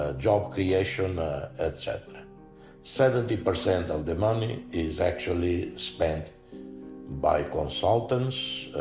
ah job creation etc seventy percent of the money is actually spent by consultants,